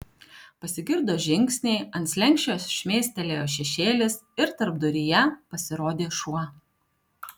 pasigirdo žingsniai ant slenksčio šmėstelėjo šešėlis ir tarpduryje pasirodė šuo